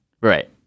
Right